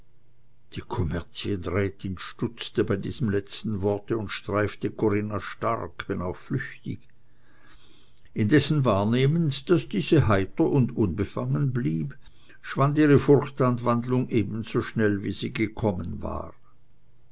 die kommerzienrätin stutzte bei diesem letzten worte und streifte corinna stark wenn auch flüchtig indessen wahrnehmend daß diese heiter und unbefangen blieb schwand ihre furchtanwandlung ebenso schnell wie sie gekommen war